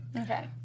Okay